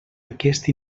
aquest